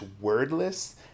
wordless